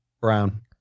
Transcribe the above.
Brown